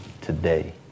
today